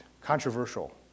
controversial